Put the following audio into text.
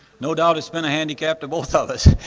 no doubt it's been a handicap to both of us,